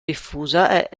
diffusa